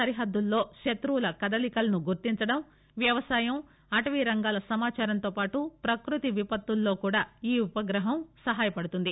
సరిహద్గులలో శత్రువుల కదలికలను గుర్తించడం వ్యవసాయం అటవీ రంగాల సమాచారంతో పాటు ప్రక్నతి విపత్తులలో కూడా ఈ ఉపగ్రహం సహాయపడుతుంది